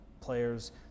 players